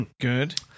Good